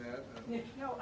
that you know